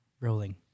Rolling